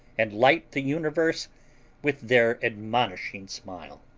and light the universe with their admonishing smile.